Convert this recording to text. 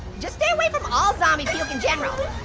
just stay away from all zombie puke in general.